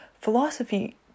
philosophy